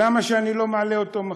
למה שאני לא אעלה אותו מחר?